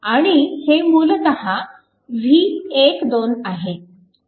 आणि हे मूलतः V12 आहे